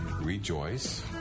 Rejoice